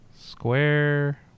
square